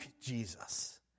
Jesus